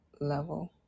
level